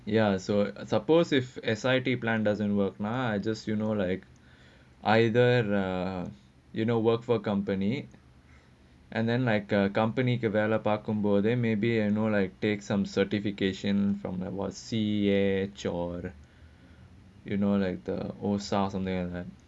ya so I suppose if S_I_T plan doesn't work mah just you know like either err you know work for a company and then like uh company developer combination then maybe you know like take some certification from the what C_H or you know like the old south something like lah